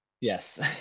Yes